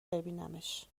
ببینمش